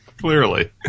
Clearly